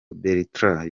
bertrand